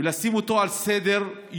לשים אותו על סדר-יומה